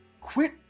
quit